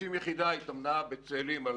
לעיתים יחידה התאמנה בצאלים על